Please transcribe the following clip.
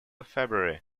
february